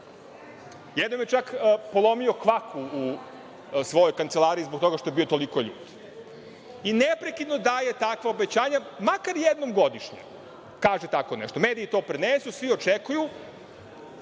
je čak polomio kvaku u svojoj kancelariji zbog toga što je bio toliko ljut i neprekidno daje takva obećanja makar jednom godišnje kaže tako nešto. Mediji to prenesu, svi očekuju,